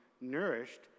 nourished